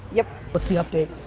yep. what's the update?